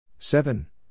Seven